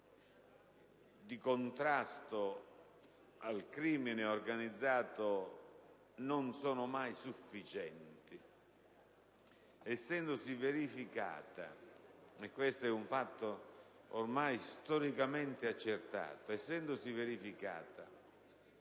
di contrasto al crimine organizzato non sono mai sufficienti, essendosi verificata - e questo è un fatto ormai storicamente accertato